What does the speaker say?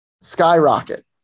skyrocket